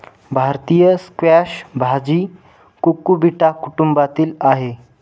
भारतीय स्क्वॅश भाजी कुकुबिटा कुटुंबातील आहे